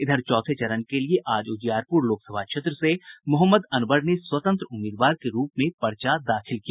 इधर चौथे चरण के लिये आज उजियारपुर लोकसभा क्षेत्र से मोहम्मद अनवर ने स्वतंत्र उम्मीदवार के रूप में पर्चा दाखिल किया